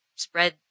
spread